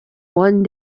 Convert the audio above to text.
one